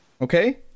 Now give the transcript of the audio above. okay